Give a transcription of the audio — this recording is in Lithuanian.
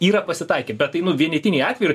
yra pasitaikę bet tai nu vienetiniai atvejai ir